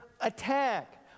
attack